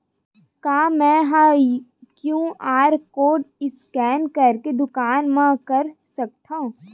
का मैं ह क्यू.आर कोड स्कैन करके दुकान मा कर सकथव?